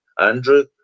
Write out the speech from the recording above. Andrew